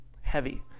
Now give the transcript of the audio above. heavy